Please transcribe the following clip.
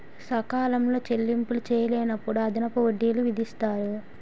సకాలంలో చెల్లింపులు చేయలేనప్పుడు అదనపు వడ్డీలు విధిస్తారు